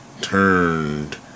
turned